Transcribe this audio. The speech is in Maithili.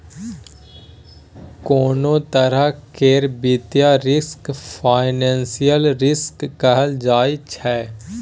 कोनों तरह केर वित्तीय रिस्क फाइनेंशियल रिस्क कहल जाइ छै